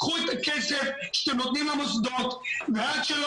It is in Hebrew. קחו את הכסף שאתם נותנים למוסדות ועד שלא